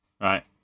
Right